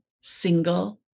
single